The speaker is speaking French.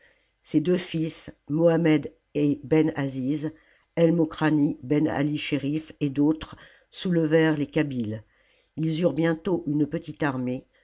ses deux fils mohamed et ben azis el mokrani ben ali chérif et d'autres soulevèrent les kabyles ils eurent bientôt une petite armée